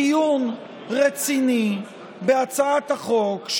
דיון רציני בהצעת החוק,